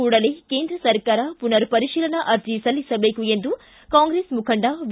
ಕೂಡಲೇ ಕೇಂದ್ರ ಸರ್ಕಾರ ಪುನರ್ ಪರಿಶೀಲನಾ ಅರ್ಜಿ ಸಲ್ಲಿಸಬೇಕು ಎಂದು ಕಾಂಗ್ರೆಸ್ ಮುಖಂಡ ವಿ